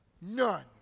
None